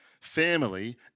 family